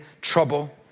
trouble